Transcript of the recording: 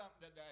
today